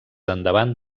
endavant